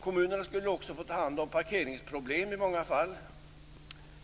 Kommunerna skulle också få ta hand om parkeringsproblem i många fall.